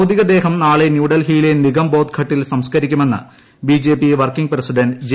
ഭൌതികദേഹം നാളെ ന്യൂഡൽഹിയിലെ നിഗം ബോധ്ഘട്ടിൽ സംസ്കരിക്കുമെന്ന് ബിജെപി വർക്കിംഗ് പ്രസിഡന്റ് ജെ